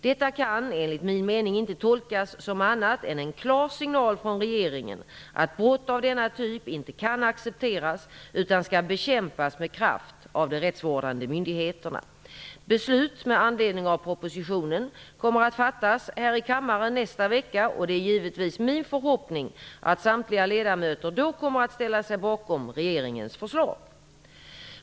Detta kan enligt min mening inte tolkas som annat än en klar signal från regeringen, att brott av denna typ inte kan accepteras utan skall bekämpas med kraft av de rättsvårdande myndigheterna. Beslut med anledning av propositionen kommer att fattas här i kammaren nästa vecka och det är givetvis min förhoppning att samtliga ledamöter då kommer att ställa sig bakom regeringens förslag.